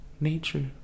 Nature